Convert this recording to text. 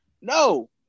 No